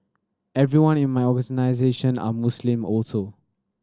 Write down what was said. everyone in my organisation are Muslim also